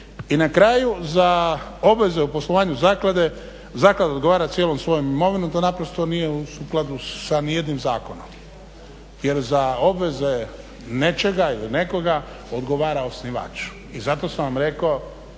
I na kraju, za obveze u poslovanju zaklade, zaklada odgovara cijelom svojom imovinom. To naprosto nije u skladu sa nijednim zakonom. Jer za obveze nečega ili nekoga odgovara osnivač. I zato sam vam rekao